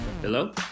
Hello